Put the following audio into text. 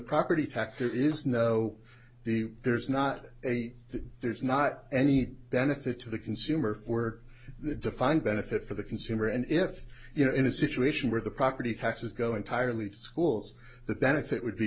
property tax there is no the there is not a that there's not any benefit to the consumer for the defined benefit for the consumer and if you know in a situation where the property taxes go entirely schools the benefit would be